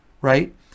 right